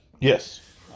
Yes